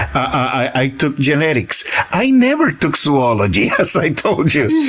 i took genetics. i never took zoology, as i told you,